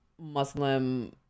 Muslim